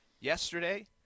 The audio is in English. Yesterday